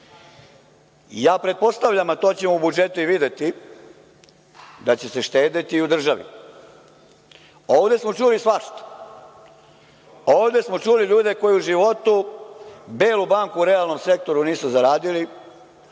Ja pretpostavljam, a to ćemo u budžetu i videti, da će se štedeti i u državi. Ovde smo čuli svašta. Ovde smo čuli ljude koji u životu belu banku u realnom sektoru nisu zaradili,